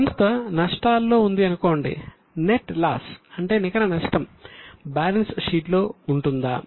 సంస్థ నష్టాల్లో ఉంది అనుకోండి నెట్ లాస్ అంటే నికర నష్టం బాలెన్స్ షీట్ లో ఉంటుందా